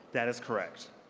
that is correct.